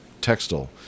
textile